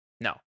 No